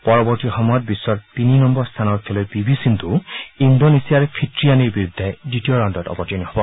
পৰৱৰ্তী সময়ত বিশ্বৰ তিনি নম্বৰ স্থানৰ খেলুৱৈ পি ভি সিন্ধু ইন্দোনেছিয়াৰ ফিট্টিয়ানিৰ বিৰুদ্ধে দ্বিতীয় ৰাউণ্ডত অৱতীৰ্ণ হ'ব